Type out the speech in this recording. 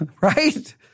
right